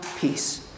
peace